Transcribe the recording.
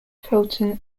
felton